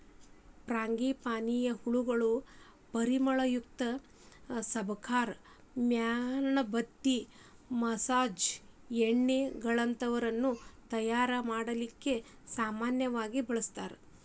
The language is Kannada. ಫ್ರಾಂಗಿಪಾನಿಯ ಹೂಗಳನ್ನ ಪರಿಮಳಯುಕ್ತ ಸಬಕಾರ್, ಮ್ಯಾಣದಬತ್ತಿ, ಮಸಾಜ್ ಎಣ್ಣೆಗಳಂತವನ್ನ ತಯಾರ್ ಮಾಡ್ಲಿಕ್ಕೆ ಸಾಮನ್ಯವಾಗಿ ಬಳಸ್ತಾರ